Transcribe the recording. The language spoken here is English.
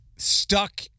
stuck